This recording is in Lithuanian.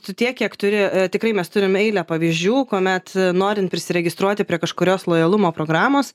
tu tiek kiek turi tikrai mes turim eilę pavyzdžių kuomet norint prisiregistruoti prie kažkurios lojalumo programos